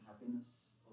happiness